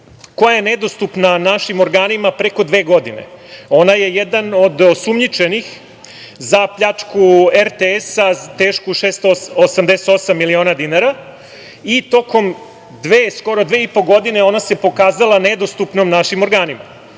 koja je nedostupna našim organima preko dve godine. Ona je jedan od osumnjičenih za pljačku RTS-a tešku 688 miliona dinara i tokom skoro dve i po godine ona se pokazala nedostupnom našim organima.